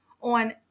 on